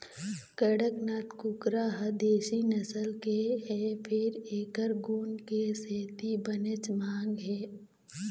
कड़कनाथ कुकरा ह देशी नसल के हे फेर एखर गुन के सेती बनेच मांग हे